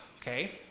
okay